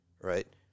Right